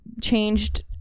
changed